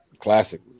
Classic